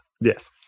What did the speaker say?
Yes